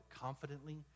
confidently